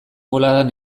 boladan